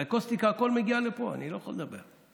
האקוסטיקה, הכול מגיע לפה, אני לא יכול לדבר.